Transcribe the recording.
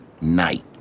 night